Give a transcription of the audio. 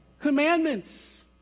Commandments